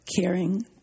caring